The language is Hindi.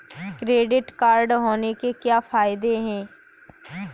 क्रेडिट कार्ड होने के क्या फायदे हैं?